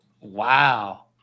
Wow